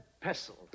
pestle